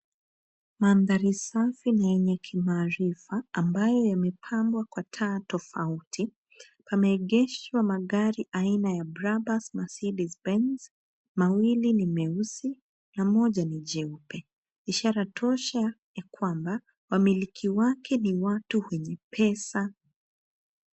Mandhari safi na yenye kimaarifa ambayo yamepambwa kwa taa tofauti pameegeshwa magari aina ya Brabus Mercedes Benz. Mawili ni meusi na moja ni jeupe, ishara tosha ya kwamba mamiliki wake ni watu wenye pesa.